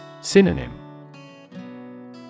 Synonym